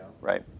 Right